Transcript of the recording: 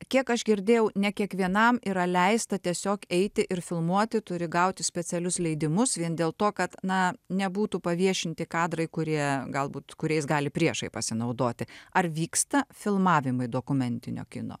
kiek aš girdėjau ne kiekvienam yra leista tiesiog eiti ir filmuoti turi gauti specialius leidimus vien dėl to kad na nebūtų paviešinti kadrai kurie galbūt kuriais gali priešai pasinaudoti ar vyksta filmavimai dokumentinio kino